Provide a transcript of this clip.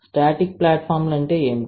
static ప్లాట్ఫాంలు ఏమిటి